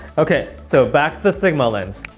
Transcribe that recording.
okay! so back to sigma lens.